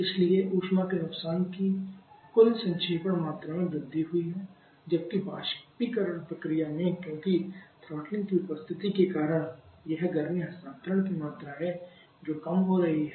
इसलिए ऊष्मा के नुकसान की कुल संक्षेपण मात्रा में वृद्धि हुई है जबकि वाष्पीकरण प्रक्रिया में क्योंकि थ्रॉटलिंग की उपस्थिति के कारण यह गर्मी हस्तांतरण की मात्रा है जो कम हो रही है